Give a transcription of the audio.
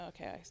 okay